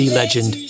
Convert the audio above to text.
legend